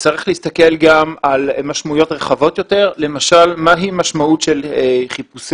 צריך להסתכל גם על משמעויות רחבות יותר כמו למשל מהי משמעות של מציאת